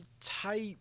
type